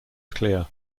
clear